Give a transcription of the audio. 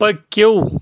پٔکِو